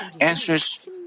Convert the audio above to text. answers